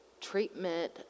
treatment